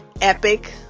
epic